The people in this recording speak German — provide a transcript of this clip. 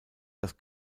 das